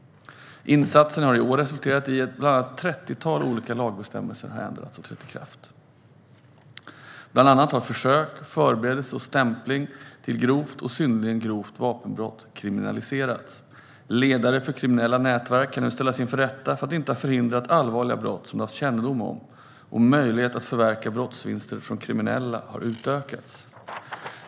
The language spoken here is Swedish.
Insatsen har i år resulterat i att ett trettiotal bestämmelser har ändrats och trätt i kraft. Bland annat har försök, förberedelse och stämpling till grovt och synnerligen grovt vapenbrott kriminaliserats, ledare för kriminella nätverk kan nu ställas inför rätta för att de inte har förhindrat allvarliga brott som de har kännedom om och möjligheterna att förverka brottsvinster från kriminella har utökats.